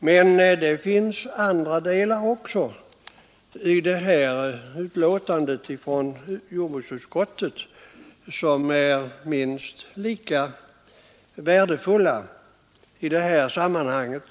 Men det finns i betänkandet nr 1 år 1972 från jordbruksutskottet också andra delar som är minst lika värdefulla i detta sammanhang.